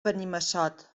benimassot